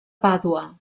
pàdua